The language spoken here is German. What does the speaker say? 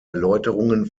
erläuterungen